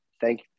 thank